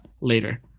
later